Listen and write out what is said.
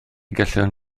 gallwn